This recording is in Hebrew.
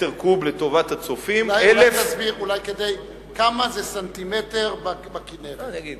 אולי תסביר, כמה סנטימטר זה בכינרת?